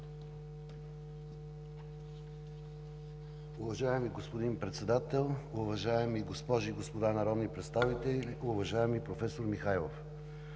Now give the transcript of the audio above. Благодаря, господин Председател. Уважаеми госпожи и господа народни представители! Уважаеми професор Михайлов,